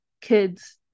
kids